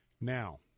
Now